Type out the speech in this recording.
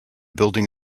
building